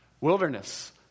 wilderness